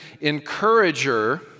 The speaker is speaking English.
encourager